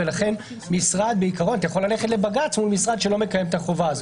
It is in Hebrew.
ולכן אתה יכול ללכת לבג"ץ מול משרד שלא מקיים את החובה הזאת,